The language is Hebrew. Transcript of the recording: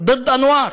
ד'ד אנואר",